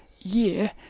year